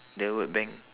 the word bank